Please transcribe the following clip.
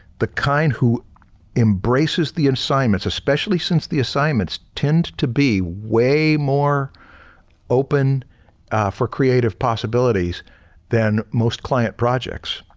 the kind who embraces the assignments especially since the assignments tend to be way more open for creative possibilities than most client projects.